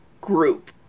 group